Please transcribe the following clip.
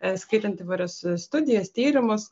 skaitant ivairias studijas tyrimus